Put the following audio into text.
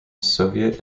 soviet